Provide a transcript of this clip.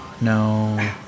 No